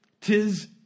Tis